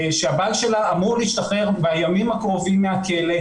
שבעלה אמור להשתחרר בימים הקרובים מהכלא,